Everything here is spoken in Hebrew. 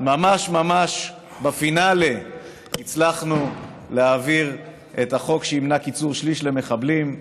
ממש ממש בפינלה הצלחנו להעביר את החוק שימנע קיצור שליש למחבלים.